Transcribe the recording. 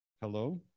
Hello